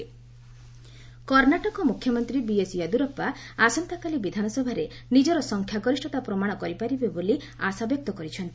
କର୍ଣ୍ଣାଟକ ୟେଦିୟରାପ୍ସା କର୍ଣ୍ଣାଟକ ମୁଖ୍ୟମନ୍ତ୍ରୀ ବିଏସ୍ ୟେଦିୟୁରାପ୍ସା ଆସନ୍ତାକାଲି ବିଧାନସଭାରେ ନିଜର ସଂଖ୍ୟାଗରିଷ୍ଠତା ପ୍ରମାଣ କରିପାରିବେ ବୋଲି ଆଶାବ୍ୟକ୍ତ କରିଛନ୍ତି